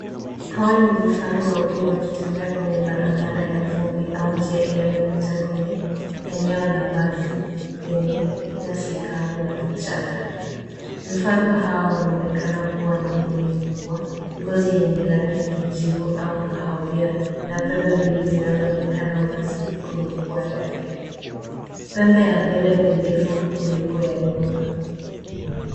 Hawa ni vifaru wawili wakitembea kwenye barabara ya vumbi au njia inayopita kwenye eneo la wazi yenye nyasi kavu na vichaka. Vifaru hao wanaonekana kuwa na mwili kubwa, ngozi yenye rangi ya kijivu au kahawia na pembe mbili zinazoonekana wazi kwenye pua yake. Pembe ya mbele ni ndefu kuliko ya nyuma.